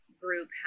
group